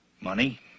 Money